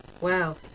Wow